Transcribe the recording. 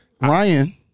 Ryan